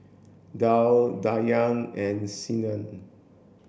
Dhia Dayang and Senin